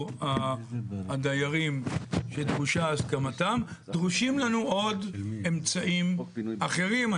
הדיירים שדרושה הסכמתם דרושים לנו עוד אמצעים אחרים.